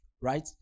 right